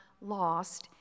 lost